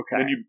Okay